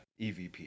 EVP